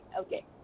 Okay